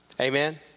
Amen